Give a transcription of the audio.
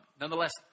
Nonetheless